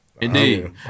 Indeed